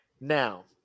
Now